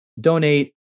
donate